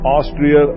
Austria